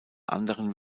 anderen